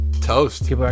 toast